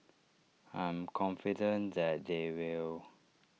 I'm confident that they will